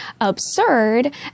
absurd